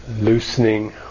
loosening